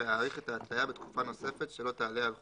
להאריך את ההתליה בתקופה נוספת שלא תעלה על חודשיים.